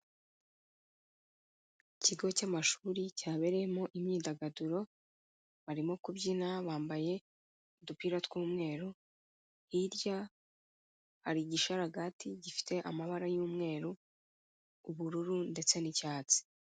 Ikigo cy'amashuri cyabereyemo imyidagaduro, barimo kubyina bambaye udupira tw'umweru, hirya hari igisharagati gifite amabara y'umweru, ubururu ndetse n'icyatsi.